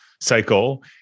cycle